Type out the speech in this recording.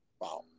Wow